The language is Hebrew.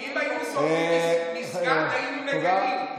אם היו שורפים מסגד, היינו מגנים.